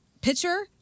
Pitcher